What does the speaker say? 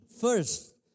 first